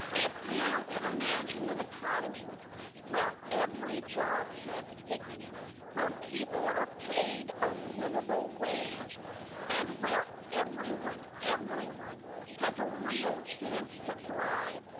if you can imagine an economy were every job has dignity and people are paid a livable wage and were every one every one has a real chance to thrive,